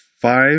Five